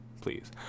please